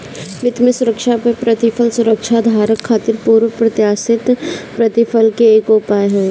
वित्त में सुरक्षा पअ प्रतिफल सुरक्षाधारक खातिर पूर्व प्रत्याशित प्रतिफल के एगो उपाय हवे